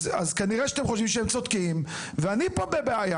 אז כנראה שאתם חושבים שהם צודקים ואני פה בבעיה.